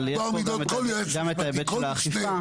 אבל יש פה גם את ההיבט של האכיפה.